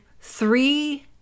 three